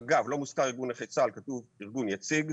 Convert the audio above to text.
אגב, לא מוזכר ארגון נכי צה"ל, כתוב ארגון יציג.